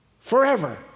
forever